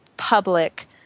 public